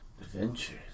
Adventures